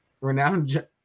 Renowned